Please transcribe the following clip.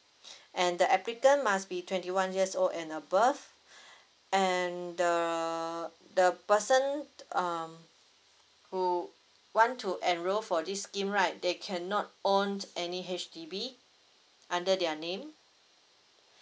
and the applicant must be twenty one years old and above and the the person um who want to enrol for this scheme right they cannot own any H_D_B under their name